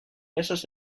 mesos